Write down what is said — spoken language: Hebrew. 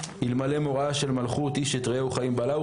אלמלא מוראה של מלכות איש את רעהו חיים בלעו,